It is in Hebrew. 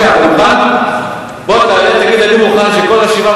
זה מיליארד ועוד 100 מיליון.